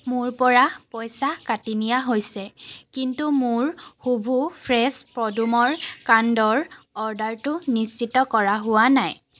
মোৰ পৰা পইচা কাটি নিয়া হৈছে কিন্তু মোৰ হুভু ফ্ৰেছ পদুমৰ কাণ্ডৰ অৰ্ডাৰটো নিশ্চিত কৰা হোৱা নাই